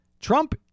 Trump